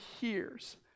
hears